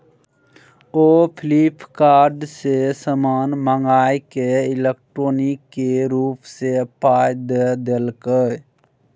ओ Flipkart सँ समान मंगाकए इलेक्ट्रॉनिके रूप सँ पाय द देलकै